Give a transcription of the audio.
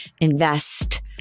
invest